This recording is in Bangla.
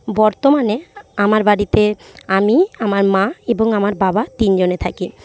বর্তমানে আমার বাড়িতে আমি আমার মা এবং আমার বাবা তিনজনে থাকি